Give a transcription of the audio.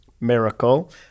Miracle